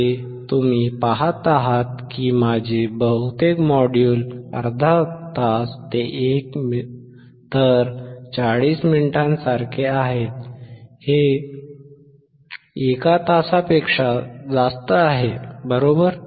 जसे तुम्ही पाहत आहात की माझे बहुतेक मॉड्यूल व्याख्यान अर्धा तास ते 40 मिनिटांसारखे आहेत हे 1 तासापेक्षा जास्त आहे बरोबर